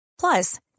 Plus